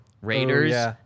Raiders